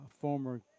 former